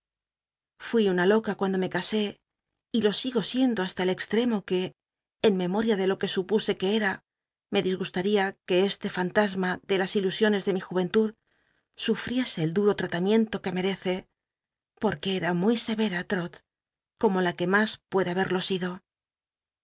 fui una loca cua udo me casé y lo sigo siendo hasta el extremo que en memoria de lo que supuse que cm me disgustaría que este fau tasma de las ilusiones de mi jurentud sufriese el duro tra tamiento que mece porque era muy serera l'rot como la que mas puede haberlo ido